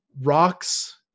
rocks